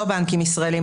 לא בנקים ישראלים.